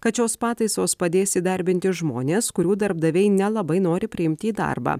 kad šios pataisos padės įdarbinti žmones kurių darbdaviai nelabai nori priimti į darbą